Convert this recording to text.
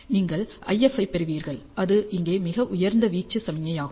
நீங்கள் IF ஐப் பெறுவீர்கள் அது இங்கே மிக உயர்ந்த வீச்சு சமிக்ஞையாகும்